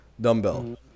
dumbbell